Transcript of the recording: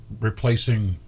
replacing